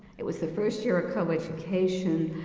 it was the first year of co-education,